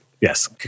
Yes